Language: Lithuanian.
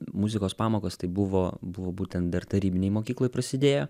muzikos pamokos tai buvo buvo būtent dar tarybinėj mokykloj prasidėjo